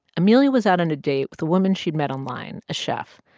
amelia was out on a date with a woman she'd met online, a chef.